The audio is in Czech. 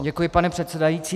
Děkuji, pane předsedající.